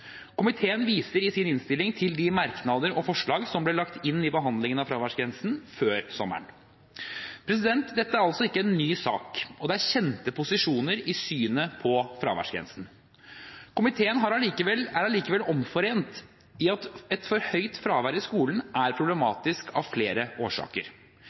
Komiteen viser i sin innstilling til de merknader og forslag som ble lagt inn i behandlingen av fraværsgrensen før sommeren. Dette er altså ingen ny sak, og det er kjente posisjoner i synet på fraværsgrensen. Komiteen er allikevel omforent i at et for høyt fravær i skolen er problematisk av flere årsaker.